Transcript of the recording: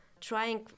trying